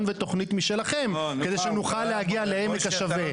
ותוכנית משלהם כדי שיוכלו להגיע לעמק השווה.